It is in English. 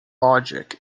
logic